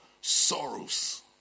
sorrows